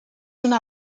una